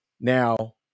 Now